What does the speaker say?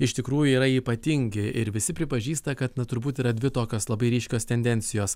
iš tikrųjų yra ypatingi ir visi pripažįsta kad na turbūt yra dvi tokios labai ryškios tendencijos